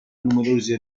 numerose